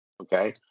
Okay